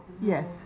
yes